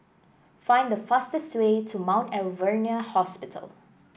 find the fastest way to Mount Alvernia Hospital